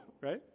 right